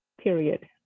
period